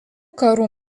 karų